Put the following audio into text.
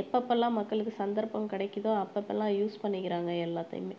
எப்பெப்பலாம் மக்களுக்கு சந்தர்ப்பம் கிடைக்கிதோ அப்பப்பலாம் யூஸ் பண்ணிக்கிறாங்கள் எல்லாத்தையுமே